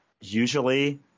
Usually